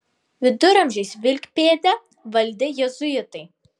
viduramžiais vilkpėdę valdė jėzuitai